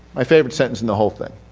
my favorite sentence in the whole thing.